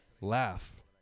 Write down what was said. Laugh